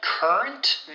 Current